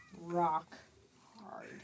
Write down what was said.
Rock-hard